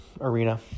arena